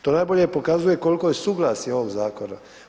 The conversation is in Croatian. To najbolje pokazuje koliko je suglasje ovog zakona.